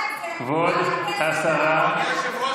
אולי הבוס שלך, כשהוא הוריד, כבוד השרה,